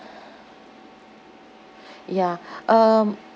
ya um